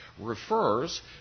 refers